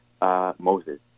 Moses